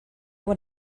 what